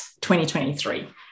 2023